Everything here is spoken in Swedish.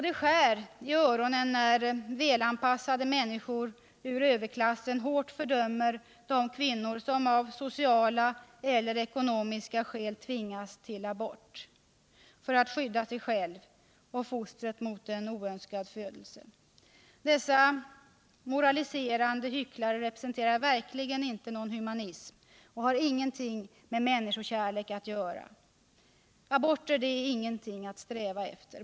Det skär i öronen när välanpassade människor ur överklassen hårt fördömer de kvinnor som av sociala eller ekonomiska skäl tvingas till abort för att skydda sig själva och fostret mot en oönskad födelse. Dessa moraliserande hycklare representerar verkligen inte någon humanism, och deras inställning har inget med människokärlek att göra. Aborter är inget att sträva efter.